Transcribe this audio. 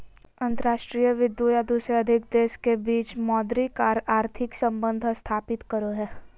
अंतर्राष्ट्रीय वित्त दू या दू से अधिक देश के बीच मौद्रिक आर आर्थिक सम्बंध स्थापित करो हय